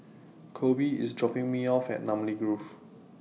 Coby IS dropping Me off At Namly Grove